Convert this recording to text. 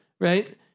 right